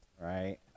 Right